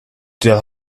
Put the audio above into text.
tell